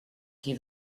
qui